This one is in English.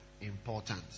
important